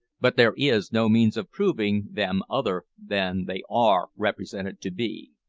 but there is no means of proving them other than they are represented to be.